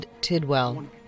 Tidwell